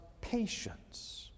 patience